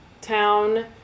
town